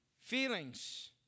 Feelings